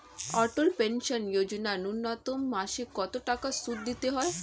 অটল pension Yojana ন্যূনতম মাসে কত টাকা সুধ দিতে হয়?